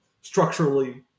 structurally